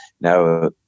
now